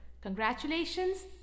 Congratulations